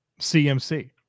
CMC